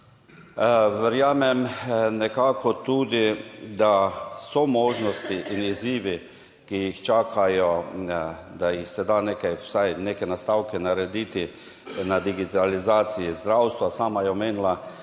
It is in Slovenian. Verjamem nekako tudi, da so možnosti in izzivi, ki jih čakajo, da se da vsaj neke nastavke narediti na digitalizaciji zdravstva. Sama je omenila,